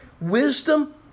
wisdom